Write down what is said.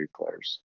players